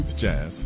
jazz